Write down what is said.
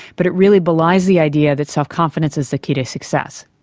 but it really belies the idea that self-confidence is the key to success.